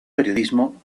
periodismo